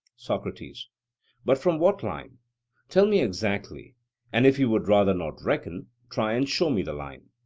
socrates but from what line tell me exactly and if you would rather not reckon, try and show me the line.